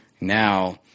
now